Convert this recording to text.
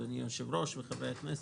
אדוני היושב-ראש וחברי הכנסת,